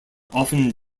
often